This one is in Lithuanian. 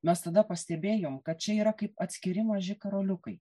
mes tada pastebėjom kad čia yra kaip atskiri maži karoliukai